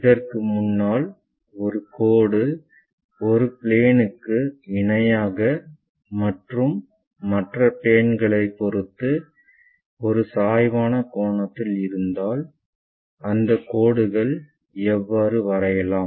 இதற்கு முன்னால் ஒரு கோடு ஒரு பிளேக்கு இணையாக மற்றும் மற்ற பிளே பொறுத்து ஒரு சாய்வான கோணத்தில் இருந்தால் அந்த கோடுகளை எவ்வாறு வரையலாம்